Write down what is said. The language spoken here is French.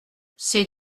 c’est